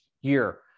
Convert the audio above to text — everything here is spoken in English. year